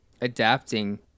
adapting